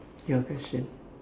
your question